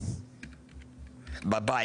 בבית.